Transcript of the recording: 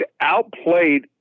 outplayed